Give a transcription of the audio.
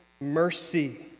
mercy